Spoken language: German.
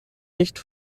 nicht